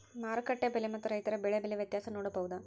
ಮಾರುಕಟ್ಟೆ ಬೆಲೆ ಮತ್ತು ರೈತರ ಬೆಳೆ ಬೆಲೆ ವ್ಯತ್ಯಾಸ ನೋಡಬಹುದಾ?